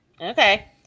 Okay